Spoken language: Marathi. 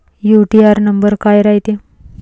यू.टी.आर नंबर काय रायते?